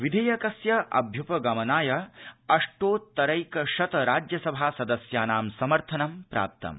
विधस्किस्य अभ्य्पगमनाय अष्टोत्तरैक शत राज्यसभा सदस्यानां समर्थनं प्राप्तम्